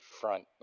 front